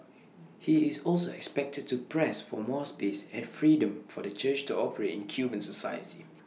he is also expected to press for more space and freedom for the church to operate in Cuban society